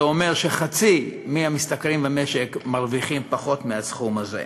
זה אומר שחצי מהמשתכרים במשק מרוויחים פחות מהסכום הזה,